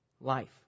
life